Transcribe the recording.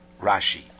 Rashi